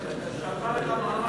מס' 11), התשע"ג 2013, נתקבל.